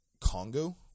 Congo